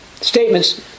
statements